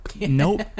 Nope